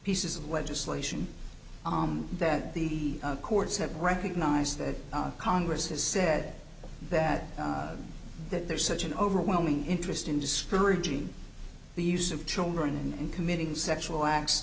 pieces of legislation om that the courts have recognized that congress has said that that there's such an overwhelming interest in discouraging the use of children and committing sexual acts